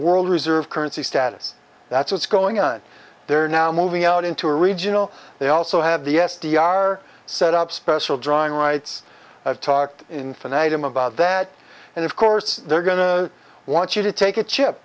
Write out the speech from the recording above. world reserve currency status that's what's going on there now moving out into a regional they also have the s d r set up special drawing rights i've talked in tonight i'm about that and of course they're going to want you to take a chip